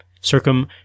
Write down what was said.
Circum